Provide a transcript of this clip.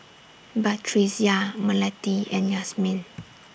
Batrisya Melati and Yasmin